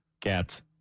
Cats